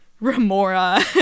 remora